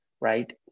right